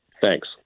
Thanks